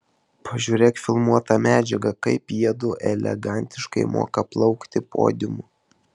pažiūrėk filmuotą medžiagą kaip jiedu elegantiškai moka plaukti podiumu